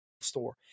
store